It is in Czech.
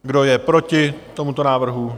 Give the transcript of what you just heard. Kdo je proti tomuto návrhu?